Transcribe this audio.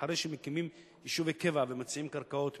אחרי שמקימים יישובי קבע ומציעים קרקעות,